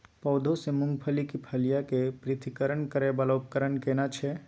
पौधों से मूंगफली की फलियां के पृथक्करण करय वाला उपकरण केना छै?